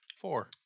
four